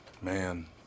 Man